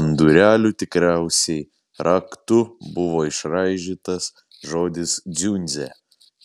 ant durelių tikriausiai raktu buvo išraižytas žodis dziundzė